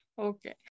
Okay